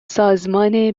سازمان